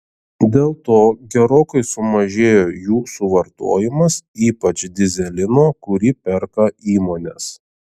dėl to gerokai sumažėjo jų suvartojimas ypač dyzelino kurį perka įmonės